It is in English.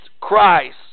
Christ